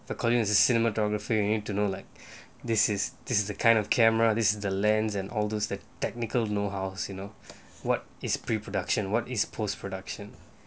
according to the cinematography you need to know like this is this is the kind of camera this the lens and all those the technical know house you know what is pre-production what is post-production